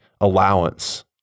allowance